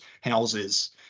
houses